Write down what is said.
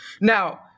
Now